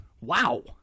Wow